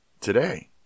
today